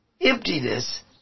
emptiness